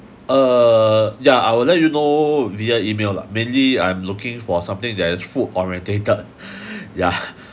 uh yeah I will let you know via email lah mainly I'm looking for something that is food orientated yeah